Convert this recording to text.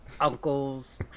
uncles